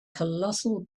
colossal